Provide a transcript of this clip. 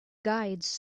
guides